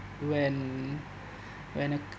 when when a